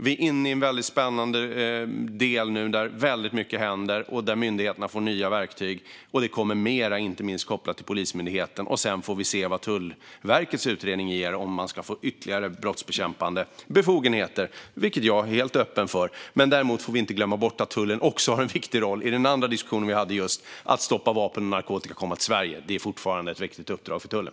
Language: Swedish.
Vi är inne i en spännande del nu där väldigt mycket händer och där myndigheterna får nya verktyg. Och det kommer mer, inte minst kopplat till Polismyndigheten. Sedan får vi se vad Tullverkets utredning ger och om de ska få ytterligare brottsbekämpande befogenheter, vilket jag är helt öppen för. Däremot får vi inte glömma bort att tullen också har en viktig roll i den andra diskussionen vi hade just, om att hindra att vapen och narkotika kommer till Sverige. Detta är fortfarande ett viktigt uppdrag för tullen.